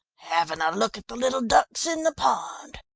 having a look at the little ducks in the pond.